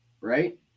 right